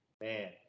man